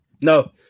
no